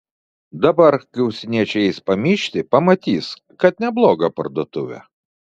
dabar kai užsieniečiai eis pamyžti pamatys kad nebloga parduotuvė